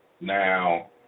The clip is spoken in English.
now